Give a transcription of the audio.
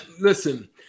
listen